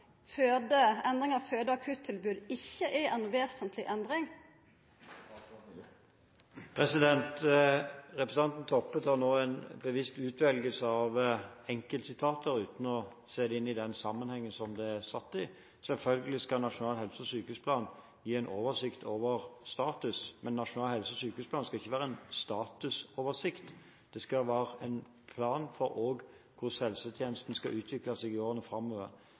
Representanten Toppe foretar nå en bevisst utvelgelse av enkeltsitater, uten å se dem i den sammenhengen som de er satt i. Selvfølgelig skal Nasjonal helse- og sykehusplan gi en oversikt over status, men Nasjonal helse- og sykehusplan skal ikke være en statusoversikt, den skal også være en plan for hvordan helsetjenesten skal utvikle seg i årene framover.